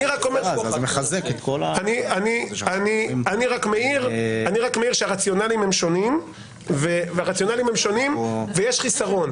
אני רק מעיר שהרציונלים הם שונים ויש חסרון.